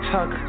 Tuck